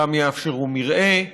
גם יאפשרו מרעה.